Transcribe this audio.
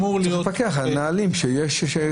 הוא צריך לפקח על הנהלים שיתקיימו,